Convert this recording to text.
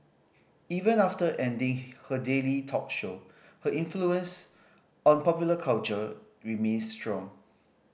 even after ending her daily talk show her influence on popular culture remains strong